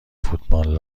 فوتبال